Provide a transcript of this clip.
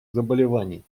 заболеваний